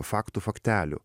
faktų faktelių